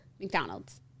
McDonald's